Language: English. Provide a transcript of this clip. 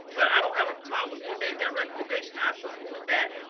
but i don't have a problem. he made that recommendation. i support that.